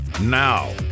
Now